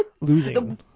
losing